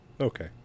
Okay